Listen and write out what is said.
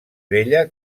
vella